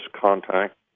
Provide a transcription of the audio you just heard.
contact